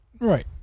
Right